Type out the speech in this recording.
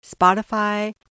Spotify